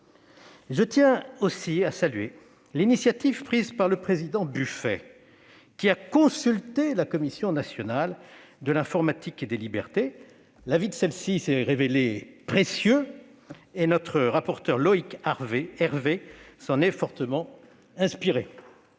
Je tiens aussi à saluer l'initiative prise par le président Buffet, qui a consulté la Commission nationale de l'informatique et des libertés ; l'avis de celle-ci s'est révélé précieux et notre rapporteur Loïc Hervé s'en est fortement inspiré.